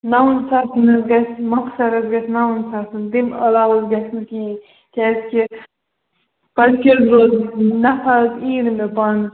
نَوَن ساسَن حظ گَژھِہ مۄخصر حظ گَژھِہ نَوَن ساسَن تمہِ علاوٕ حظ گَژھِہ نہٕ کِہیٖنۍ کیازکہِ پتہٕ کیاہ حظ گوٚو نفع حظ ییی نہٕ مےٚ پانَس